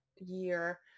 year